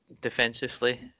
defensively